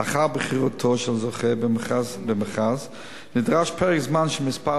לאחר בחירתו של זוכה במכרז נדרש פרק זמן של כמה